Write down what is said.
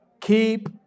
Keep